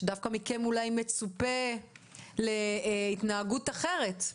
שדווקא מכם אולי מצופה להתנהגות אחרת.